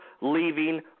leaving